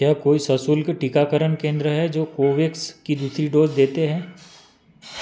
क्या कोई सशुल्क टीकाकरण केंद्र है जो कोवैक्स की दूसरी डोज़ देते हैं